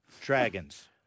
Dragons